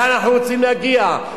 לאן אנחנו רוצים להגיע?